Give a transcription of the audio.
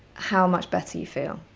how much better you feel.